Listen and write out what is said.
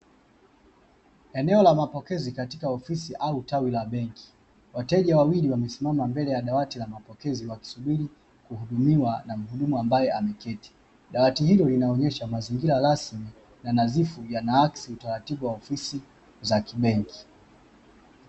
Eneo la mapokezi katika ofisi au tawi la benki wateja wawili wamesimama mbele ya dawati na kusubiri kuhudumiwa na mhudumu ambaye ameketi, mandhari hiyo inaonyesha mazingira rasmi na nazifu vijana aksi utaratibu wa ofisi za kibenki.